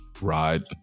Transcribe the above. ride